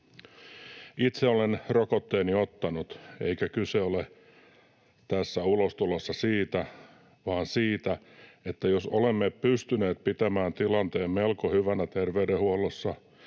Itse olen rokotteeni ottanut, eikä kyse ole tässä ulostulossa siitä vaan siitä, että jos olemme pystyneet pitämään tilanteen melko hyvänä terveydenhuollossa